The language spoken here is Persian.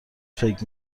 فکر